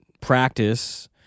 practice